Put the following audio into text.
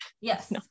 Yes